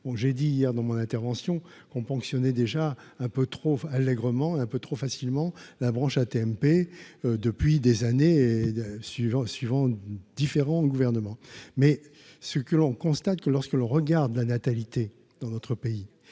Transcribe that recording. j'ai dit hier dans mon intervention ont ponctionné déjà un peu trop allègrement un peu trop facilement la branche AT-MP depuis des années et suivant suivant différents gouvernements mais ce que l'on constate que lorsque l'on regarde la natalité dans notre pays,